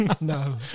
No